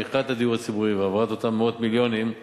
עם מכירת הדיור הציבורי והעברת אותם מאות מיליונים,